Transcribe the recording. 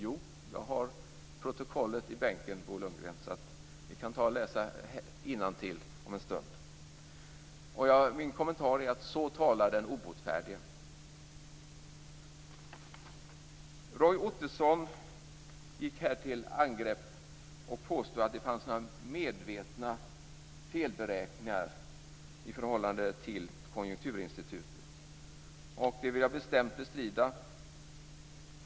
Jo, jag har protokollet i bänken, Bo Lundgren, så vi kan läsa innantill. Min kommentar är att så talar den obotfärdige. Roy Ottosson gick till angrepp och påstod att det fanns medvetna felberäkningar i förhållande till Konjunkturinstitutet. Det vill jag bestämt bestrida.